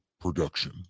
production